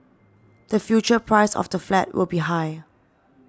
the future price of the flat will be high